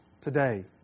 today